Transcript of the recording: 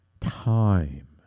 time